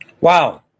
Wow